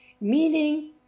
meaning